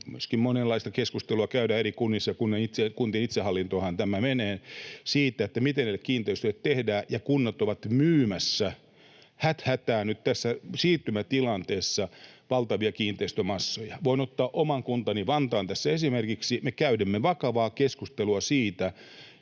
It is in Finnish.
myöskin monenlaista keskustelua käydään eri kunnissa — kun kuntien itsehallintoonhan tämä menee — siitä, mitä näille kiinteistöille tehdään, ja kunnat ovat myymässä häthätää nyt tässä siirtymätilanteessa valtavia kiinteistömassoja. [Jenna Simula: Myynyt jo!] Voin ottaa oman kuntani Vantaan tässä esimerkiksi. Me kävimme vakavaa keskustelua siitä,